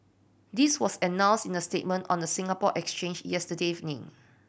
this was announced in a statement on the Singapore Exchange yesterday evening